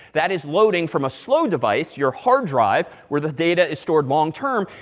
that is loading from a slow device, your hard drive, where the data is stored long term,